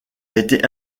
été